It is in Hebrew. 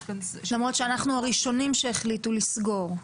למרות שאנחנו הראשונים שהחליטו לסגור.